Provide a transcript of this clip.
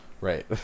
Right